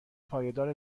پایدار